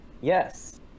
Yes